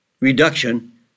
reduction